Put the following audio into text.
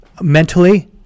Mentally